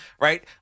right